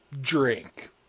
drink